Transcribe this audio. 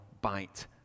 bite